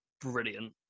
brilliant